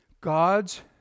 God's